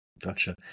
Gotcha